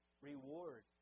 reward